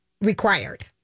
required